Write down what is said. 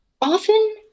Often